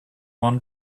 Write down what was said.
one